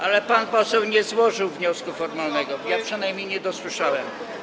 Ale pan poseł nie złożył wniosku formalnego, przynajmniej ja nie dosłyszałem.